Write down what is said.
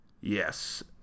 Yes